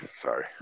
Sorry